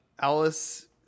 Alice